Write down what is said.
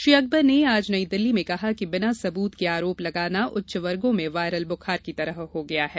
श्री अकबर ने आज नई दिल्ली में कहा कि बिना सबूत के आरोप लगाना उच्च वर्गो में वायरल बुखार की तरह हो गया है